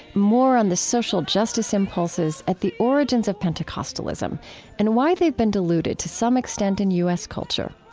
more on the social justice impulses at the origins of pentecostalism and why they've been diluted to some extent in u s. culture.